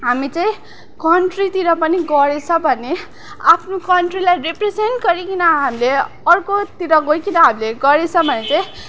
हामी चाहिँ कन्ट्रीतिर पनि गरेछ भने आफ्नो कन्ट्रीलाई रिप्रेजेन्ट गरीकिन हामीले अर्कोतिर गइकिन हामीले गरेछ भने चाहिँ